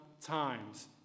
times